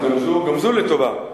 גם זו לטובה.